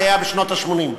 זה היה בשנות ה-80,